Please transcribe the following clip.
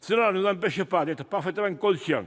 Cela ne nous empêche pas d'être parfaitement conscients